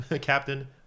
captain